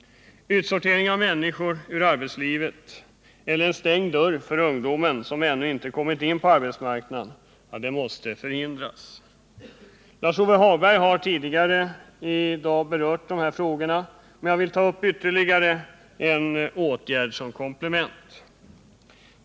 Utsorteringen av människor ur arbetslivet eller en stängd dörr för den ungdom som ännu inte kommit in på arbetsmarknaden måste förhindras. Lars-Ove Hagberg har tidigare i dag berört dessa frågor, men jag vill ta upp ytterligare en åtgärd såsom komplement.